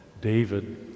David